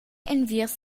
enviers